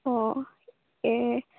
অঁ এই